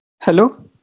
Hello